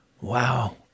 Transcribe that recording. Wow